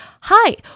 Hi